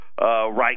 right